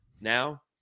Now